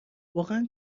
واقعن